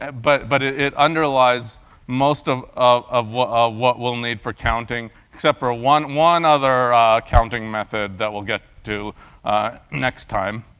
but but ah it underlies most of of what what we'll need for counting, except for one one other counting method that we'll get to next time.